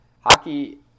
hockey